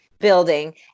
building